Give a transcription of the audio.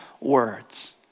words